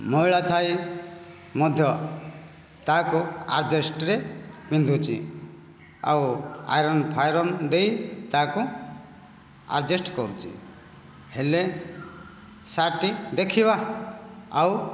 ମଇଳା ଥାଇ ମଧ୍ୟ ତାକୁ ଆଡ଼ଜଷ୍ଟରେ ପିନ୍ଧୁଛି ଆଉ ଆଇରନ୍ ଫାଇରନ୍ ଦେଇ ତାକୁ ଆଡ଼ଜଷ୍ଟ କରୁଛି ହେଲେ ସାର୍ଟ ଟି ଦେଖିବା ଆଉ